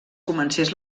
comencés